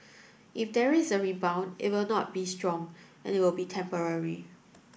if there is a rebound it will not be strong and it will be temporary